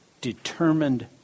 Determined